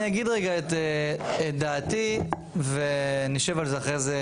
אז אני אגיד את דעתי ונשב על זה אחרי זה,